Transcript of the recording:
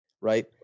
right